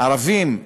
ערבים במדינה,